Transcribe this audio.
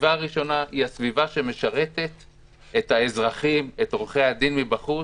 הסביבה הראשונה היא הסביבה שמשרתת את האזרחים ואת עורכי-הדין מבחוץ.